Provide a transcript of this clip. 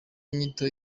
inyito